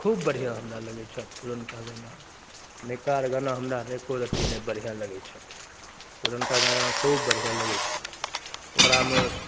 खूब बढ़िऑं हमरा लगै छै पुरनका गाना नवका आर गाना हमरा एकोरती नहि बढ़िऑं लगै छै पुरनका गाना हमरा खूब बढ़िऑं लगै छै ओकरामे